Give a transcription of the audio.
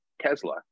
tesla